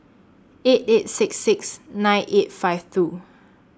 eight eight six six nine eight five two